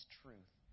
truth